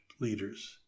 leaders